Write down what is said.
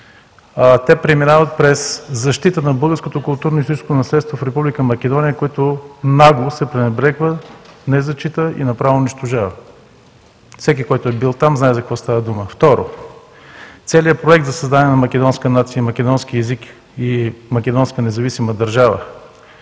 Те преминават през защита на българското културно-историческо наследство в Република Македония, което нагло се пренебрегва, незачита и направо унищожава. Всеки, който е бил там, знае за какво става дума. Второ, целият проект за създаване на македонска нация и македонски език, и македонска независима държава